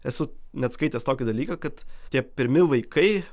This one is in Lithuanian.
esu net skaitęs tokį dalyką kad tie pirmi vaikai